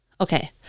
Okay